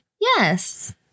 Yes